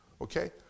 Okay